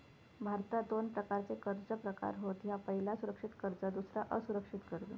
भारतात दोन प्रकारचे कर्ज प्रकार होत पह्यला सुरक्षित कर्ज दुसरा असुरक्षित कर्ज